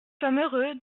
heureux